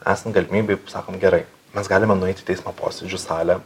esant galimybei sakom gerai mes galime nueiti į teismo posėdžių salę